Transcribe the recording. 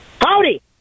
Howdy